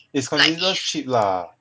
is consider cheap lah